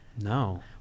No